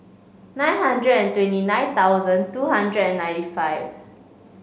nine hundred and twenty nine thousand two hundred and ninety five